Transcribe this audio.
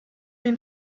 den